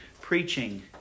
preaching